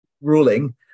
ruling